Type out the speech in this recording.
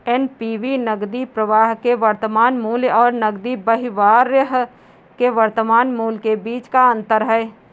NPV नकदी प्रवाह के वर्तमान मूल्य और नकदी बहिर्वाह के वर्तमान मूल्य के बीच का अंतर है